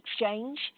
exchange